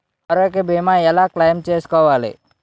ఆరోగ్య భీమా ఎలా క్లైమ్ చేసుకోవాలి?